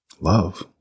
love